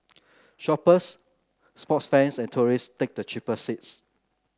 shoppers sports fans and tourists take the cheaper seats